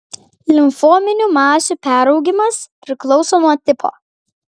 limfominių masių peraugimas priklauso nuo tipo